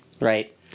Right